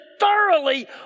thoroughly